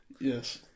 yes